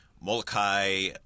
Molokai